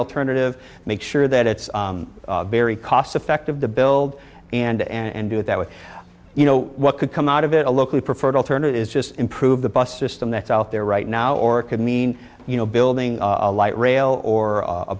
alternative make sure that it's very cost effective to build and and do it that way you know what could come out of it a local preferred alternative is just improve the bus system that's out there right now or it could mean you know building a light rail or a